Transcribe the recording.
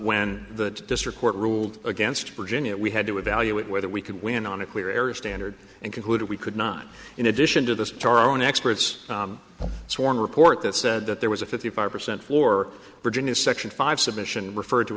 when the district court ruled against virginia we had to evaluate whether we could win on a clear area standard and concluded we could not in addition to this to our own experts sworn report that said that there was a fifty five percent floor virginia's section five submission referred to